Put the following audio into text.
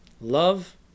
love